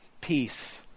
peace